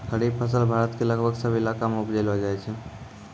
खरीफ फसल भारत के लगभग सब इलाका मॅ उपजैलो जाय छै